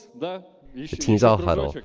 the teams all huddle.